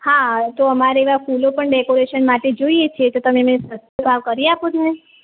હા તો અમારે ફૂલો પણ ડેકોરેશન માટે જોઈએ છે તો તમે અમને સસ્તો ભાવ કરી આપોને